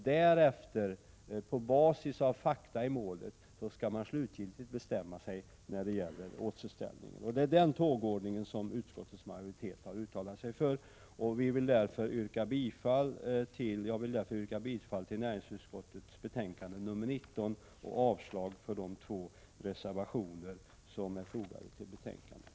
Därefter, på basis av fakta i målet, skall man slutgiltigt bestämma sig när det gäller återställning. Det är den tågordningen som utskottets majoritet har uttalat sig för. Jag vill därför yrka bifall till näringsutskottets hemställan i betänkande nr 19 och avslag på de två reservationer som är fogade till betänkandet.